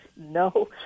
No